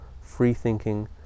free-thinking